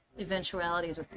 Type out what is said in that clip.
eventualities